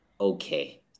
okay